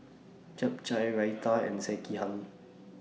Japchae Raita and Sekihan